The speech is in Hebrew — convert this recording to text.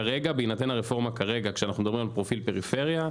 כרגע בהינתן הרפורמה כרגע כשאנחנו מדברים על פרופיל פריפריה,